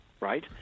right